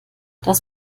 das